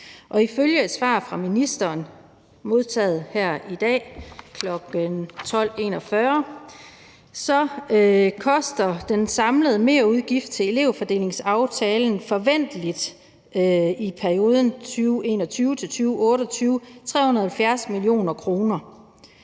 Og ifølge et svar fra ministeren modtaget her i dag kl. 12.41 bliver den samlede merudgift til elevfordelingsaftalen forventeligt i perioden 2021-2028 370 mio. kr.